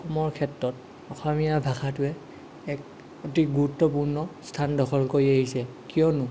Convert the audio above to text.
অসমৰ ক্ষেত্ৰত অসমীয়া ভাষাটোৱে এক অতি গুৰুত্বপূৰ্ণ স্থান দখল কৰি আহিছে কিয়নো